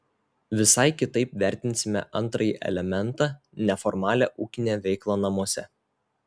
visai kitaip vertinsime antrąjį elementą neformalią ūkinę veiklą namuose